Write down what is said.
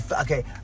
okay